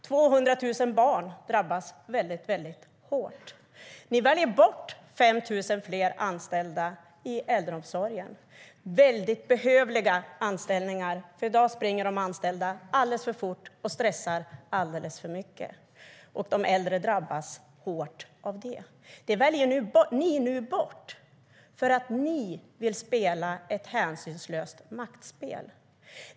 200 000 barn drabbas väldigt hårt. Det väljer ni nu bort, för ni vill spela ett hänsynslöst maktspel.